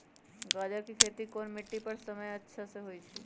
गाजर के खेती कौन मिट्टी पर समय अच्छा से होई?